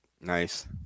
Nice